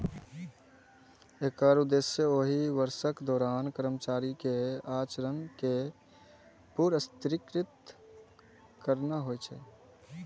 एकर उद्देश्य ओहि वर्षक दौरान कर्मचारी के आचरण कें पुरस्कृत करना होइ छै